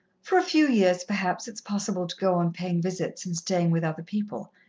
for a few years, perhaps, it's possible to go on paying visits, and staying with other people,